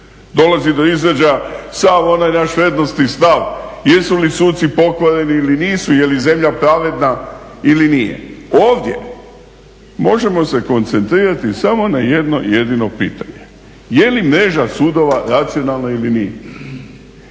Dolazi do izražaja sav onaj naš vrijednosni stav jesu li suci pokvareni ili nisu, je li zemlja pravedna ili nije. Ovdje možemo se koncentrirati samo na jedno jedino pitanje je li mreža sudova racionalna ili nije.